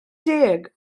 deg